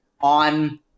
on